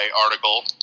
article